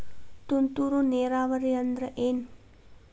ತುಂತುರು ನೇರಾವರಿ ಅಂದ್ರ ಏನ್?